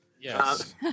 Yes